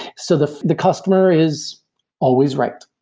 so the the customer is always right,